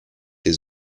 les